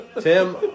Tim